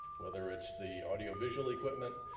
whether it's the audio visual equipment,